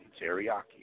teriyaki